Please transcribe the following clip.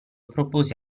proposi